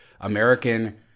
American